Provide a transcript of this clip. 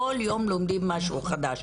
כל יום לומדים משהו חדש.